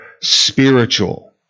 spiritual